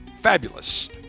fabulous